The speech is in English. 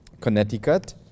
Connecticut